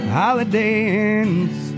holidays